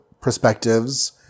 perspectives